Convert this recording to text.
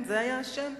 זה היה השם?